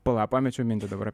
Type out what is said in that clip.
pala pamečiau mintį dabar